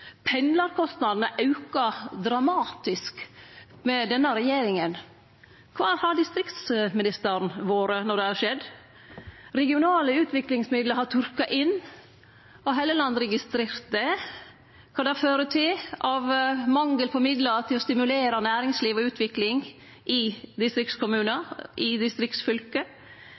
Pendlarkostnadene har auka dramatisk med denne regjeringa. Kvar har distriktsministeren vore når det har skjedd? Regionale utviklingsmidlar har turka inn. Har Hofstad Helleland registrert kva det fører til av mangel på midlar til å stimulere næringsliv og utvikling i distriktskommunar, i